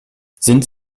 sind